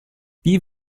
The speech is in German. wie